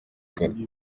kare